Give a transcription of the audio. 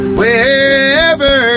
wherever